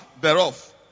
thereof